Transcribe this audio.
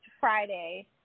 Friday